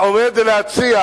והוא עומד להציע,